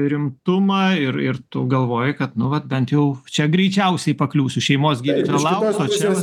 rimtumą ir ir tu galvoji kad nu vat bent jau čia greičiausiai pakliūsiu šeimos gi labai asocialios